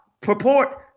purport